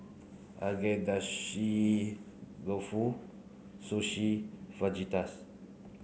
Agedashi Dofu Sushi Fajitas